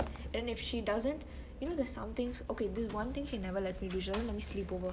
and if she doesn't you know there are some things okay there is one thing she doesn't let me do she doesn't let me sleepover